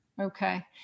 Okay